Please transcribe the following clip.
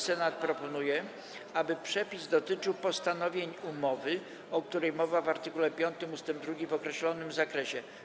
Senat proponuje, aby przepis dotyczył postanowień umowy, o której mowa w art. 5 ust. 2, w określonym zakresie.